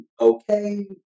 okay